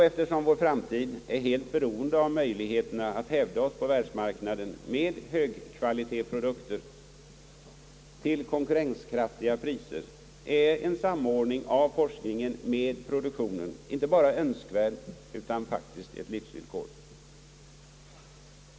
Eftersom vår framtid är helt beroende av våra möjligheter att hävda oss på världsmarknaden med produkter av hög kvalitet till konkurrenskraftiga priser är en samordning av forskningen med produktionen inte bara önskvärd, utan faktiskt ett livsvillkor.